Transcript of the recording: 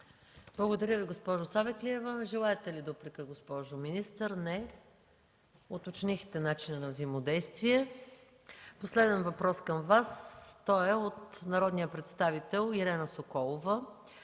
Благодаря Ви, госпожо Савеклиева. Желаете ли дуплика, госпожо министър? Не. Уточнихте начина на взаимодействие. Последният въпрос към Вас е от народния представител Ирена Соколова